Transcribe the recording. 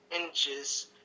inches